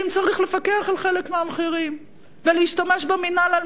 אם צריך לפקח על חלק מהמחירים ולהשתמש במינהל על